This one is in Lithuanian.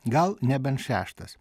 gal nebent šeštas